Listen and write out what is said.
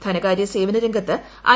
ധനകാര്യ സേവന രംഗത്ത് ഐ